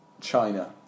China